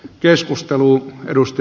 keskustelu edusti